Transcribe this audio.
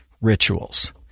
rituals